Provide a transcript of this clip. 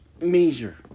major